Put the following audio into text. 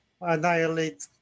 annihilate